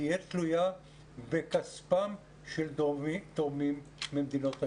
תהיה תלויה בכספם של תורמים ממדינות הים.